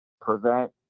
prevent